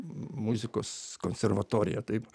muzikos konservatoriją taip